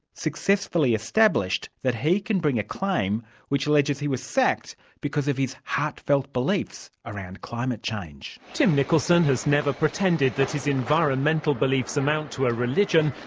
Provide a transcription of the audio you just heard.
successfully established that he can bring a claim which alleges he was sacked because of his heartfelt beliefs around climate change. tim nicholson has never pretend that his environmental beliefs amount to a religion,